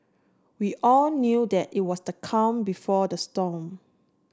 we all knew that it was the calm before the storm